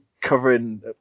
covering